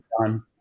done